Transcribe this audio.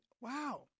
Wow